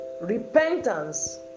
Repentance